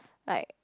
like